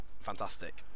fantastic